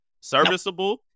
Serviceable